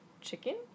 chicken